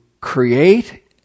create